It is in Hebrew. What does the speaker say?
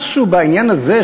משהו בעניין הזה,